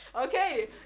Okay